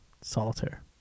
Solitaire